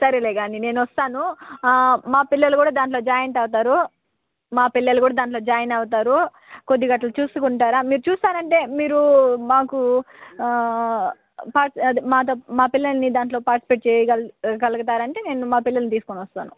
సరేలే కానీ నేను వస్తాను మా పిల్లలు కూడా దాంట్లో జాయింట్ అవుతారు మా పిల్లలు కూడా దాంట్లో జాయిన్ అవుతారు కొద్దిగా అట్లా చూస్తూ ఉంటారా మీరు చూస్తానంటే మీరు మాకు పా అ మా మా పిల్లలని దాంట్లో పార్టిసిపేట్ చెయ్యగల్ గలుగుతారు అంటే నేను మా పిల్లలని తీసుకుని వస్తాను